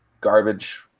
garbage